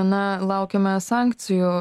na laukiame sankcijų